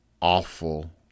awful